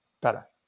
better